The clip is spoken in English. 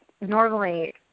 normally